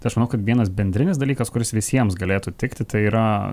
tai aš manau kad vienas bendrinis dalykas kuris visiems galėtų tikti tai yra